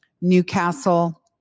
Newcastle